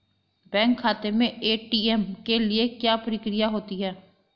Bank खाते में ATM के लिए क्या प्रक्रिया होती है?